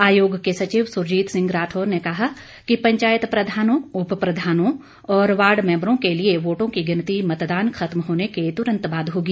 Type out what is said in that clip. आयोग के सचिव सुरजीत सिंह राठौर ने कहा कि पंचायत प्रधानों उप प्रधानों और वार्ड मैम्बरों के लिए वोटों की गिनती मतदान खत्म होने के तुरंत बाद होगी